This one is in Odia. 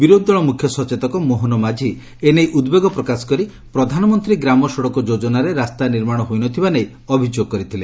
ବିରୋଧୀଦଳ ମୁଖ୍ୟ ସଚେତକ ମୋହନ ମାଝି ଏ ନେଇ ଉଦ୍ବେଗ ପ୍ରକାଶ କରି ପ୍ରଧାନମନ୍ତୀ ଗ୍ରାମ ସଡ଼କ ଯୋଜନାରେ ରାସ୍ତା ନିର୍ମାଣ ହୋଇନଥିବା ନେଇ ଅଭିଯୋଗ କରିଥିଲେ